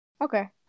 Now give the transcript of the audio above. okay